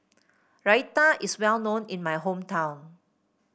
Raita is well known in my hometown